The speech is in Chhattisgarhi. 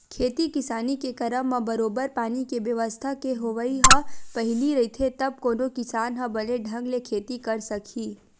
खेती किसानी के करब म बरोबर पानी के बेवस्था के होवई ह पहिली रहिथे तब कोनो किसान ह बने ढंग ले खेती करे सकही